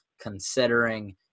considering